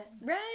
right